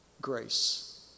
grace